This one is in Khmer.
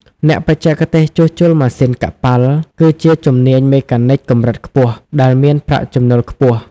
អ្នកបច្ចេកទេសជួសជុលម៉ាស៊ីនកប៉ាល់ គឺជាជំនាញមេកានិចកម្រិតខ្ពស់ដែលមានប្រាក់ចំណូលខ្ពស់។